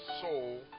soul